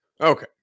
Okay